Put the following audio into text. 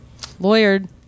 lawyered